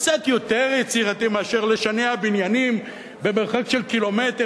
קצת יותר יצירתי מאשר לשנע בניינים במרחק של קילומטר